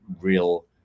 real